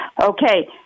Okay